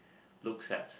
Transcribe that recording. looks at